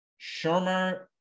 Shermer